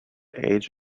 age